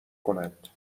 کنند